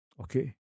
Okay